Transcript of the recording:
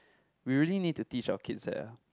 we really need to teach our kids that eh